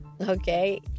Okay